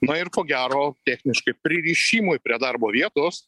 na ir ko gero techniškai pririšimui prie darbo vietos